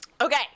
Okay